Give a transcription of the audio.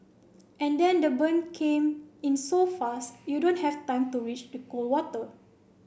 and then the burn came in so fast you don't have time to reach the cold water